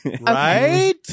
right